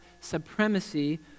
supremacy